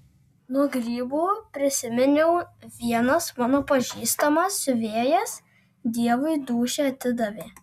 nuo grybų prisiminiau vienas mano pažįstamas siuvėjas dievui dūšią atidavė